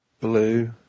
Blue